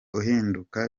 uhinduka